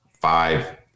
five